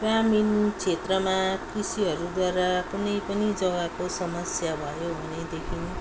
ग्रामीण क्षेत्रमा कृषिहरूद्वारा कुनै पनि जग्गाको समस्या भयो भनेदेखि